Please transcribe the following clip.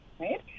right